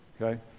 Okay